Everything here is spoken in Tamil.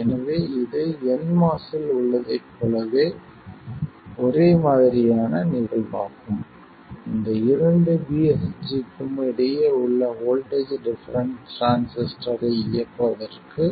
எனவே இது nMOS இல் உள்ளதைப் போலவே ஒரே மாதிரியான நிகழ்வாகும் இந்த இரண்டு VSG க்கும் இடையே உள்ள வோல்ட்டேஜ் டிஃபரென்ஸ் டிரான்சிஸ்டரை இயக்குவதற்கு